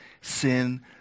sin